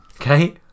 Okay